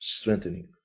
strengthening